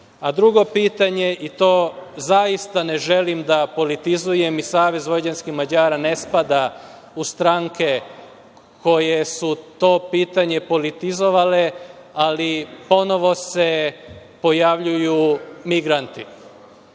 pitanje i to zaista ne želim da politizujem i SVM ne spada u stranke koje su to pitanje politizovale, ali ponovo se pojavljuju migranti.